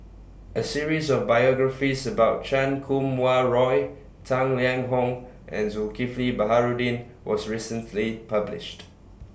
A series of biographies about Chan Kum Wah Roy Tang Liang Hong and Zulkifli Baharudin was recently published